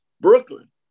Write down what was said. Brooklyn